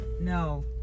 no